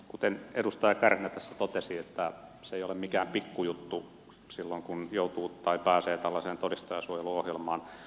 kuten edustaja kärnä tässä totesi ei ole mikään pikkujuttu silloin kun joutuu tai pääsee tällaiseen todistajansuojeluohjelmaan